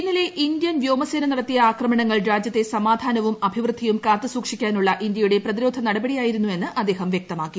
ഇന്നലെ ഇന്ത്യൻ വ്യോമസേന നടത്തിയ ആക്രമണങ്ങൾ രാജ്യത്തെ സമാധാനവും അഭിവൃദ്ധിയും കാത്തു സൂക്ഷിക്കാനുള്ള ഇന്ത്യയുടെ പ്രതിരോധ നടപടി യായിരുന്നു എന്ന് അദ്ദേഹം വൃക്തമാക്കി